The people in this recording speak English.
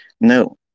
No